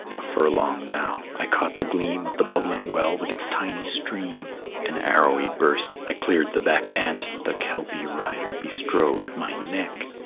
a furlong now i caught the gleam of the bubbling well with its tiny stream an arrowy burst i cleared the beck and the kelpie rider bestrode my neck.